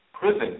prison